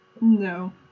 no